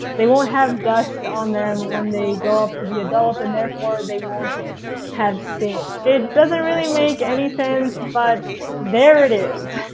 they won't have dust on them when they grow up to be adults, and therefore they won't have sin. it doesn't really make any sense, but there it is.